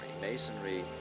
Masonry